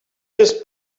just